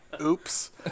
Oops